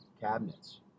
cabinets